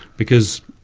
because,